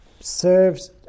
serves